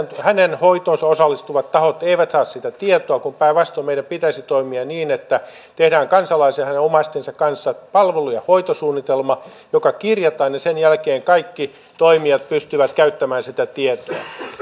heidän hoitoonsa osallistuvat tahot eivät saa sitä tietoa kun päinvastoin meidän pitäisi toimia niin että tehdään kansalaisen ja hänen omaistensa kanssa palvelu ja hoitosuunnitelma joka kirjataan ja sen jälkeen kaikki toimijat pystyvät käyttämään sitä tietoa